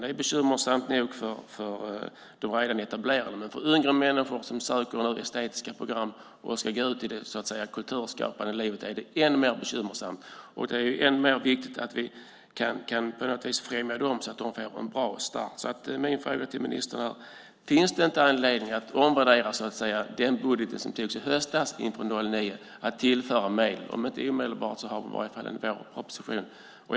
Det är bekymmersamt nog för de redan etablerade, men för yngre människor som nu söker estetiska program och ska gå ut i det kulturskapande livet är det än mer bekymmersamt. Det är ännu viktigare att vi på något vis kan främja dem så att de får en bra start. Min fråga till ministern är: Finns det inte anledning att omvärdera den budget som antogs i höstas inför 2009 och tillföra medel, om inte omedelbart så i varje fall i vårpropositionen?